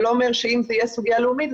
זה לא אומר שאם זה יהיה סוגיה לאומית,